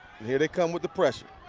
here they come with the pressure.